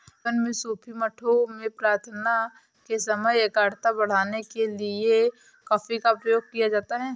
Yemen में सूफी मठों में प्रार्थना के समय एकाग्रता बढ़ाने के लिए कॉफी का प्रयोग किया जाता था